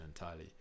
entirely